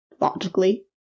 logically